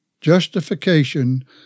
justification